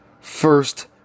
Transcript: first